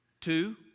two